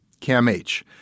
CAMH